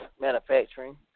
manufacturing